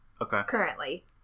currently